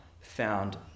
found